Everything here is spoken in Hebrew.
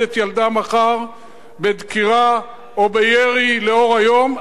את ילדה מחר בדקירה או בירי לאור היום,